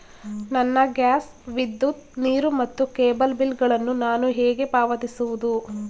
ನನ್ನ ಗ್ಯಾಸ್, ವಿದ್ಯುತ್, ನೀರು ಮತ್ತು ಕೇಬಲ್ ಬಿಲ್ ಗಳನ್ನು ನಾನು ಹೇಗೆ ಪಾವತಿಸುವುದು?